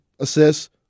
assists